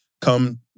come